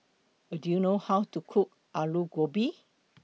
Do YOU know How to Cook Alu Gobi